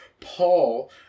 Paul